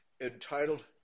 entitled